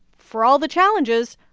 for all the challenges,